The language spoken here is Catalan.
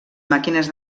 màquines